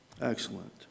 Excellent